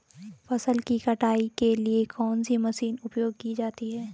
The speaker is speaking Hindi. फसल की कटाई के लिए कौन सी मशीन उपयोग की जाती है?